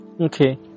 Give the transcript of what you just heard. Okay